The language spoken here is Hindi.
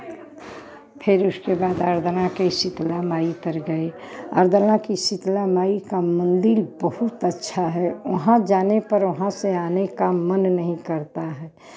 फिर उसके बाद अर्दला के शीतला माई तर गए अर्दला की शीतला माई का मंदिर बहुत अच्छा है वहाँ जाने पर वहाँ से आने का मन नहीं करता है